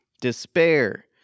Despair